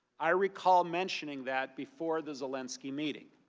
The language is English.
i recall mentioning that before the zelensky meeting.